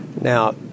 Now